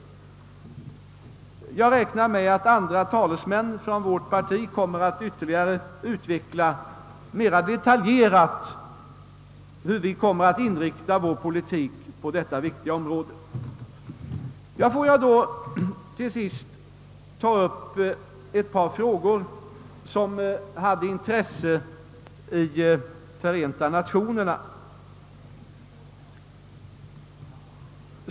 Jag räknar med att andra talesmän från vårt parti mera detaljerat kommer att utveckla hur vi kommer att inrikta vår politik på detta viktiga område. Får jag till sist ta upp ett par frågor som var av intresse i Förenta Nationerna.